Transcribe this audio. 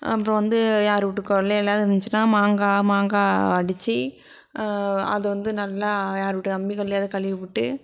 அப்புறம் வந்து யார் வீட்டு கொள்ளையிலையாவது இருந்துச்சுனா மாங்காய் மாங்காய் அடிச்சு அது வந்து நல்லா யார் வ்ட்டு அம்மி கல்லையாவது கழுவிவிட்டு